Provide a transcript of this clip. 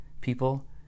people